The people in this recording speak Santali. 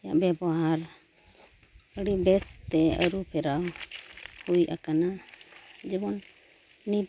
ᱨᱮᱭᱟᱜ ᱵᱮᱵᱚᱦᱟᱨ ᱟᱹᱰᱤᱵᱮᱥ ᱛᱮ ᱟᱹᱨᱩᱼᱯᱷᱮᱨᱟᱣ ᱦᱩᱭ ᱟᱠᱟᱱᱟ ᱡᱮᱢᱚᱱ ᱱᱤᱛ